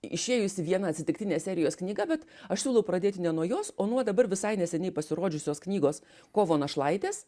išėjusi viena atsitiktinė serijos knyga bet aš siūlau pradėti ne nuo jos o nuo dabar visai neseniai pasirodžiusios knygos kovo našlaitės